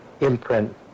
imprint